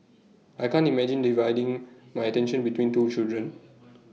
I can't imagine dividing my attention between two children